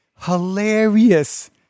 hilarious